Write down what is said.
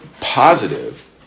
positive